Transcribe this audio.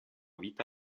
vita